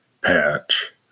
patch